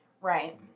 Right